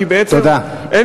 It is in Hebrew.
כי בעצם אין